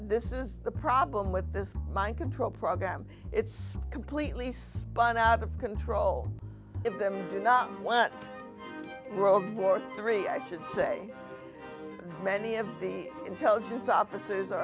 this is the problem with this mind control program it's completely but out of control if them do not know what world war three i should say many of the intelligence officers are